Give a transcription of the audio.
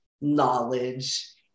knowledge